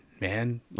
man